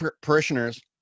parishioners